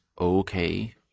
okay